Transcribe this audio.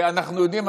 אנחנו יודעים.